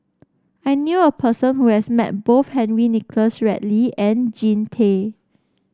I knew a person who has met both Henry Nicholas Ridley and Jean Tay